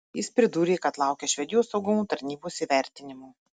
jis pridūrė kad laukia švedijos saugumo tarnybos įvertinimo